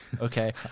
Okay